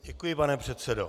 Děkuji, pane předsedo.